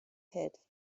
hit